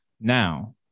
Now